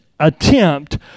Attempt